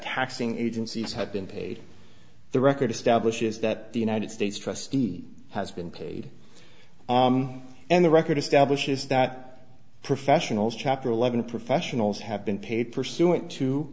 taxing agencies have been paid the record establishes that the united states trustee has been paid and the record establishes that professionals chapter eleven professionals have been paid pursuant to